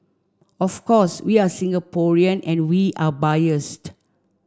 of course we are Singaporean and we are biased